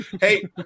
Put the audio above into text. Hey